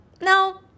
no